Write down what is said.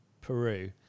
Peru